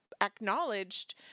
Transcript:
acknowledged